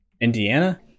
Indiana